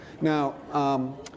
Now